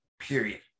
period